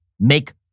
make